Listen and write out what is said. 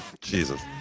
jesus